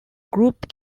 group